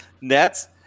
Nets